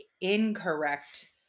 incorrect